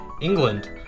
England